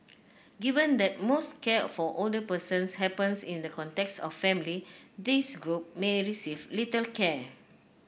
given that most care for older persons happens in the context of family this group may receive little care